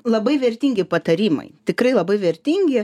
labai vertingi patarimai tikrai labai vertingi